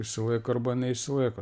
išsilaiko arba neišsilaiko